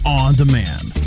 on-demand